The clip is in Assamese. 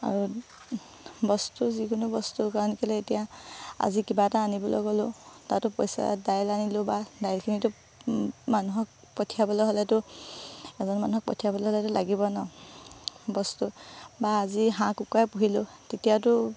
আৰু বস্তু যিকোনো বস্তু কাৰণ কেলৈ এতিয়া আজি কিবা এটা আনিবলৈ গ'লেও তাতো পইচা দাইল আনিলোঁ বা দাইলখিনিতো মানুহক পঠিয়াবলৈ হ'লেতো এজন মানুহক পঠিয়াবলৈ হ'লেতো লাগিবই ন বস্তু বা আজি হাঁহ কুকুৰাই পুহিলোঁ তেতিয়াতো